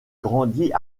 grandit